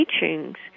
teachings